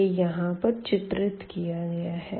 यह यहाँ पर चित्रित किया गया है